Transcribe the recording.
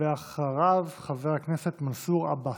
ואחריו, חבר הכנסת מנסור עבאס.